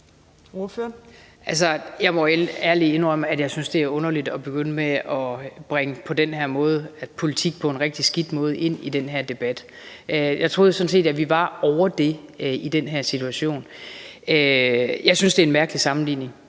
Jeg må ærligt indrømme, at jeg synes, det er underligt på den her måde at begynde at bringe politik på en rigtig skidt måde ind i den her debat. Jeg troede sådan set, at vi var ovre det i den her situation. Jeg synes, det er en mærkelig sammenligning